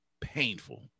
painful